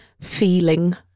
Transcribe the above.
feeling